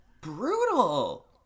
brutal